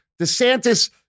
DeSantis